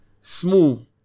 small